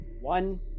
One